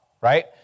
right